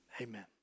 amen